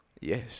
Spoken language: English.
Yes